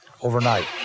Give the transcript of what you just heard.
overnight